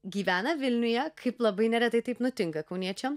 gyvena vilniuje kaip labai neretai taip nutinka kauniečiam